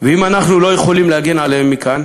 ואם אנחנו לא יכולים להגן עליהם מכאן,